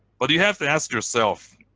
but you have to ask yourself,